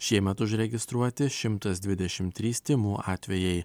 šiemet užregistruoti šimtas dvidešimt trys tymų atvejai